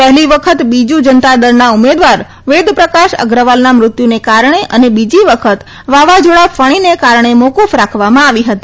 હેલી વખત બીજુ જનતા દળના ઉમેદવાર વેદ પ્રકાશ અગ્રવાલના મૃત્યુને કારણે અને બીજી વખત વાવાઝોડા ફણીને કારણે મોકુફ રાખવામાં આવી હતી